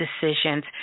decisions